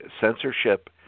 censorship